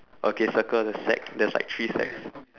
okay circle the sack there's like three sacks